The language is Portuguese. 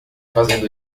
fazendo